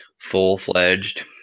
full-fledged